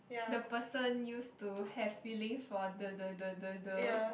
the person used to have feelings for the the the the the